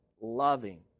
loving